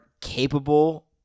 capable